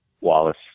Wallace